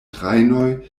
trajnoj